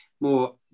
more